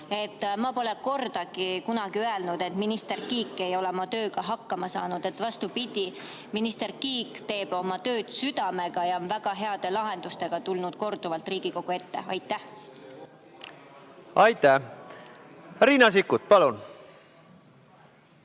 Ma pole kordagi öelnud, et minister Kiik ei ole oma tööga hakkama saanud. Vastupidi, minister Kiik teeb oma tööd südamega ja on väga heade lahendustega tulnud korduvalt Riigikogu ette. Aitäh! Jaa. Kuna kolleeg